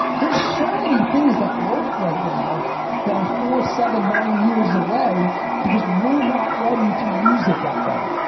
there's so many things that work right now that are four, seven, nine years away because we're not ready to use it that way.